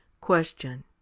Question